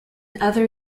other